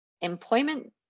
employment